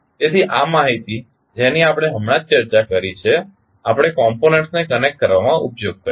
તેથી આ માહિતી જેની આપણે હમણાં જ ચર્ચા કરી છે આપણે કોમ્પોનંટ્સને કનેક્ટ કરવામાં ઉપયોગ કરીશું